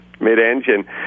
mid-engine